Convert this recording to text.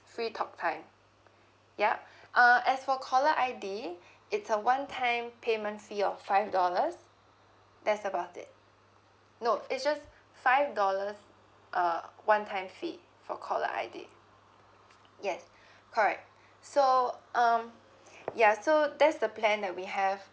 free talk time yup uh as for caller I_D it's a one time payment fee of five dollars that's about it no it's just five dollars uh one time fee for caller I_D yes correct so um ya so that's the plan that we have